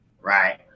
Right